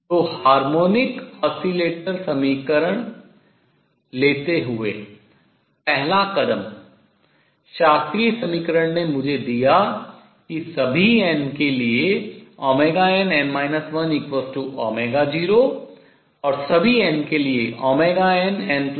तो harmonic oscillator समीकरण लेते हुए पहला step कदम शास्त्रीय समीकरण ने मुझे दिया कि सभी n के लिए nn 10 और सभी n के लिए nn1 0